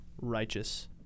righteous